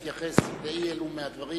להתייחס בסוף לאי אלו מהדברים